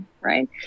right